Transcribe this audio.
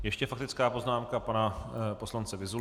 Ještě faktická poznámka pana poslance Vyzuly.